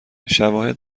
شواهد